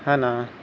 ہے نا